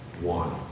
one